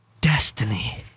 destiny